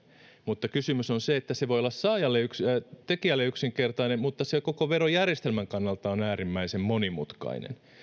mutta kysymys on siitä että se voi olla tekijälle yksinkertainen mutta se koko verojärjestelmän kannalta on äärimmäisen monimutkainen